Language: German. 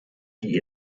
die